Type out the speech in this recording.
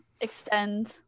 extend